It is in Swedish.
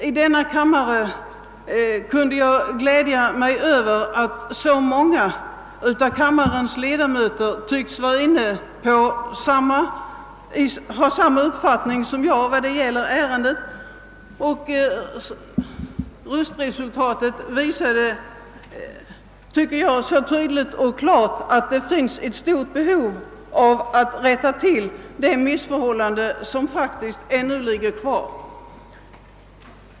I denna kammare kunde jag glädja mig över att så många av kammarens ledamöter tycktes ha samma uppfattning som jag i frågan, och röstningsresultatet visade, tycker jag, tydligt och klart att det finns ett stort behov av att rätta till det missnöje som ännu är rådande på detta område.